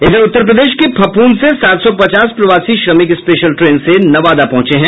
इधर उत्तर प्रदेश के फफूंद से सात सौ पचास प्रवासी श्रमिक स्पेशल ट्रेन से नवादा पहुंचे हैं